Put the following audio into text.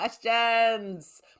questions